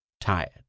tired